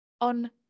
on